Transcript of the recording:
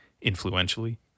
influentially